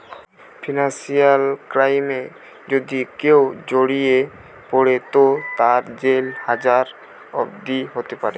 financial ক্রাইমে যদি কেও জড়িয়ে পড়ে তো তার জেল হাজত অবদি হোতে পারে